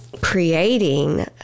creating